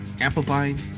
Amplifying